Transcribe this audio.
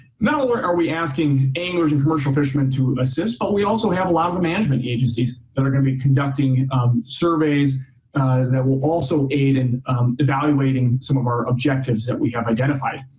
not only are are we asking anglers and commercial fishermen to assist, but we also have a lot of the management agencies that are going to be conducting surveys that will also aid in evaluating some of our objectives that we have identified.